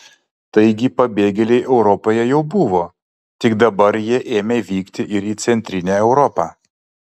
taigi pabėgėliai europoje jau buvo tik dabar jie ėmė vykti ir į centrinę europą